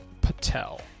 Patel